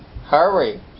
Hurry